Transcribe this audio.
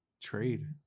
Trade